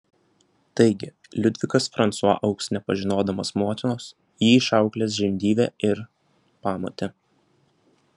taigi liudvikas fransua augs nepažinodamas motinos jį išauklės žindyvė ir pamotė